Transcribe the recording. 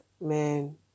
man